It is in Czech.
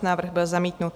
Návrh byl zamítnut.